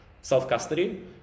self-custody